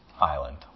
island